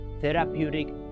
therapeutic